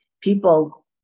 people